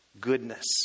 goodness